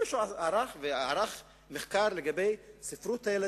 מישהו ערך מחקר על ספרות הילדים,